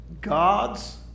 God's